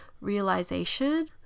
realization